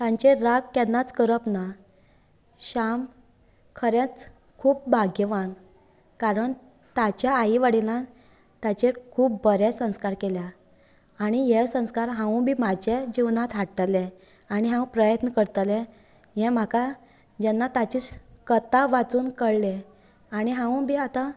तांचेर राग केन्नाच करप ना श्याम खरेंच खूब भाग्यवान कारण ताच्या आई वडीलान ताचेर खूब बरें संस्कार केल्या आनी हे संस्कार हावूं बीन म्हाजे जिवनांत हाडटले आनी हांव प्रयत्न करतले हें म्हाका जेन्ना ताची कथा वाचून कळ्ळे आनी हावूंय बी आतां